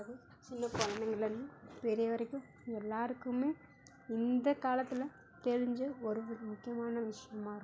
அது சின்ன குழந்தைங்கள்லேருந்து பெரிய வரைக்கும் எல்லாருக்குமே இந்தக் காலத்தில் தெரிஞ்ச ஒரு ஒரு முக்கியமான விஷயமா இருக்கும்